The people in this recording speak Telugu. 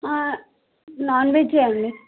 నాన్ వెెజ్జే అండి